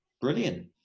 brilliant